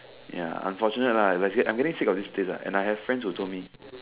ya unfortunate lah like actually I'm getting sick of this place right and I have friends who told me